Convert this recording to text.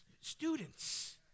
students